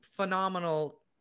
Phenomenal